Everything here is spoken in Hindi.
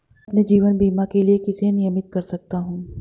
मैं अपने जीवन बीमा के लिए किसे नामित कर सकता हूं?